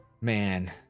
man